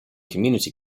community